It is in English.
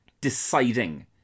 deciding